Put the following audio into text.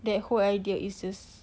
that whole idea is just